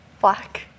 Black